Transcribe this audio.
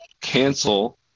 cancel